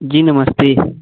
जी नमस्ते